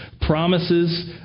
promises